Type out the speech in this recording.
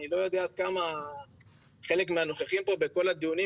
לא מקרה ספציפי, במוצר ספציפי?